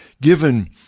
given